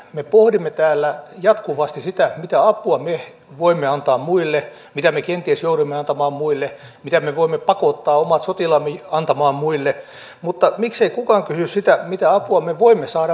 me pohdimme täällä jatkuvasti sitä mitä apua me voimme antaa muille mitä me kenties joudumme antamaan muille mitä me voimme pakottaa omat sotilaamme antamaan muille mutta miksei kukaan kysy sitä mitä apua me voimme saada muilta